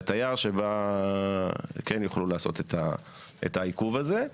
עם תייר שבא כן יוכלו לעשות את העיכוב הזה.